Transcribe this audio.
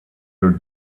your